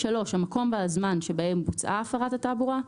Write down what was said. המקום והזמן שבהם בוצעה הפרת התעבורה.